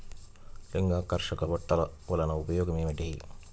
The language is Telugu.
లింగాకర్షక బుట్టలు వలన ఉపయోగం ఏమిటి?